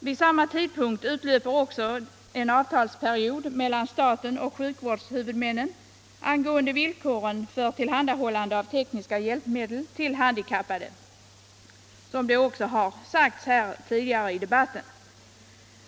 Vid samma tidpunkt utlöper också en avtalsperiod mellan staten och sjukvårdshuvudmännen Vissa handikappfrågor Vissa handikappfrågor angående villkoren för tillhandahållande av tekniska hjälpmedel till handikappade — något som också har omnämnts här tidigare i debatten.